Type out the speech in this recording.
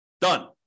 Done